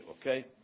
okay